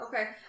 Okay